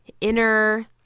inner